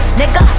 nigga